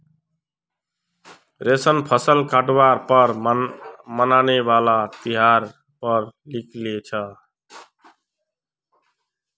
रोशन फसल काटवार पर मनाने वाला त्योहार पर लेख लिखे छे